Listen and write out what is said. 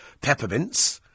peppermints